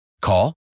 Call